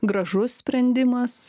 gražus sprendimas